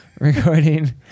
recording